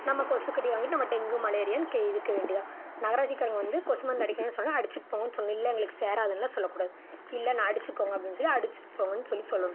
நம்ம கொசுக்கடி வாங்கிட்டு நம்ம டெங்கு மலேரியான்னு இருக்க வேண்டியது தான் நகராட்சிக்காரங்க வந்து கொசு மருந்து அடிக்கணும்னு சொன்னால் அடிச்சிட்டு போங்கன்னு சொல்லணும் இல்லை எங்களுக்கு சேராதுன்னுலாம் சொல்லக்கூடாது இல்லை அடிச்சுக்கோங்க அப்படினு சொல்லி அடிச்சிட்டு போங்கன்னு சொல்லி சொல்லணும்